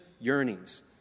yearnings